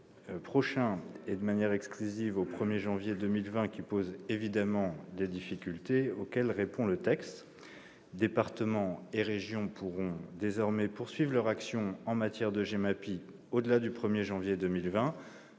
1janvier prochain et, de manière exclusive, au 1 janvier 2020, question qui pose évidemment des difficultés auxquelles le texte répond. Départements et régions pourront désormais poursuivre leur action en matière de GEMAPI au-delà du 1janvier 2020.